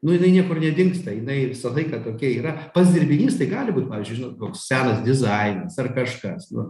nu jinai niekur nedingsta jinai visą laiką tokia yra pats dirbinys tai gali būt pavyzdžiui žinot koks senas dizainas ar kažkas nu